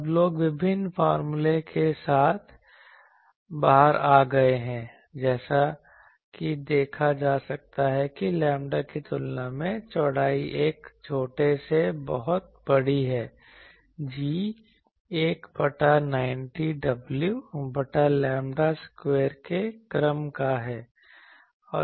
अब लोग विभिन्न फ़ार्मुलों के साथ बाहर आ गए हैं जैसा कि देखा जा सकता है कि लैंबडा की तुलना में चौड़ाई एक छोटे से बहुत बड़ी है G 1 बटा 90 w बटा लैम्ब्डा स्क्वायर के क्रम का है